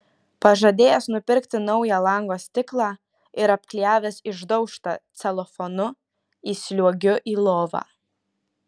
pažadėjęs nupirkti naują lango stiklą ir apklijavęs išdaužtą celofanu įsliuogiu į lovą